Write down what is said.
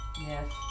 Yes